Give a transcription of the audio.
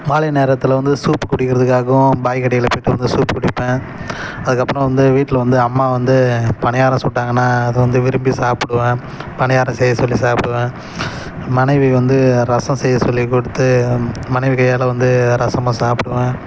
மாலை நேரத்தில் வந்து சூப் குடிக்கிறதுக்காகவும் பாய் கடையில் போய்விட்டு வந்து சூப் குடிப்பேன் அதுக்கு அப்புறம் வந்து வீட்டில் வந்து அம்மா வந்து பணியாரம் சுட்டாங்கன்னால் அது வந்து விரும்பி சாப்பிடுவேன் பணியாரம் செய்ய சொல்லி சாப்பிடுவேன் மனைவி வந்து ரசம் செய்ய சொல்லிக் கொடுத்து மனைவி கையால் வந்து ரசமும் சாப்பிடுவேன்